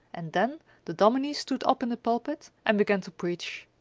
and then the dominie stood up in the pulpit and began to preach.